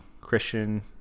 Christian